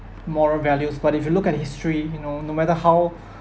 moral values but if you look at history you know no matter how